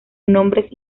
nombres